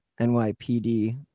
NYPD